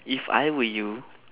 if I were you